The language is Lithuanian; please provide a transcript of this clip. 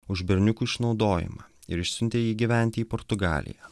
už berniukų išnaudojimą ir išsiuntė jį gyventi į portugaliją